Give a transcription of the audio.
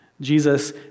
Jesus